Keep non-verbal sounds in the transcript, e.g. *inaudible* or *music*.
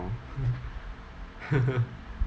*laughs*